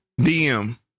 DM